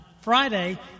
Friday